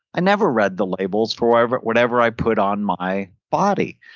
i never read the labels for whatever whatever i put on my body.